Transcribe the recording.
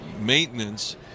maintenance